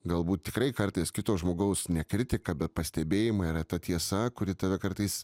galbūt tikrai kartais kito žmogaus ne kritika bet pastebėjimai yra ta tiesa kuri tave kartais